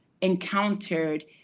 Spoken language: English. encountered